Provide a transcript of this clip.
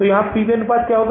तो यहाँ P V अनुपात क्या है